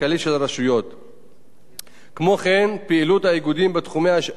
פעילות האיגודים בתחומי השיפוט יצרה קשיים לוגיסטיים